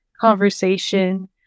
conversation